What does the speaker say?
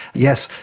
yes,